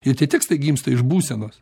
ir tie tekstai gimsta iš būsenos